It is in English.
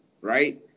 right